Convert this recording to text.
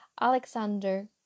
Alexander